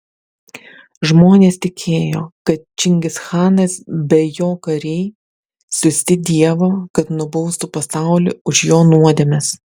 žmonės tikėjo jog čingischanas be jo kariai siųsti dievo kad nubaustų pasaulį už jo nuodėmes